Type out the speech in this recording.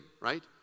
right